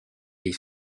les